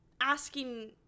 asking